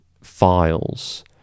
files